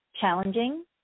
challenging